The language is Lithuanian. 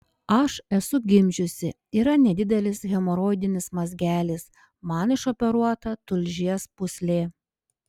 aš esu gimdžiusi yra nedidelis hemoroidinis mazgelis man išoperuota tulžies pūslė